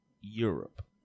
Europe